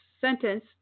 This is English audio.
Sentence